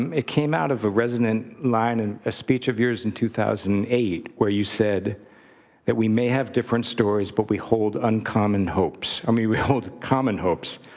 um it came out of a resident line in a speech of yours in two thousand and eight, where you said that we may have different stories, but we hold uncommon hopes. i mean, we hold common hopes.